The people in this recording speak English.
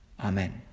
Amen